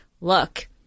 look